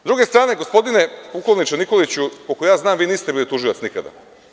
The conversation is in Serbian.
S druge strane, gospodine pukovniče Nikoliću, koliko ja znam, vi niste bili tužilac nikada.